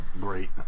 great